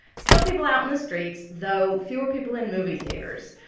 still people out in the streets, though, fewer people in movie theaters.